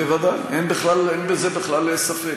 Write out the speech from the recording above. בוודאי, אין בזה בכלל ספק.